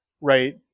right